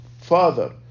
father